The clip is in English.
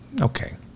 Okay